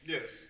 Yes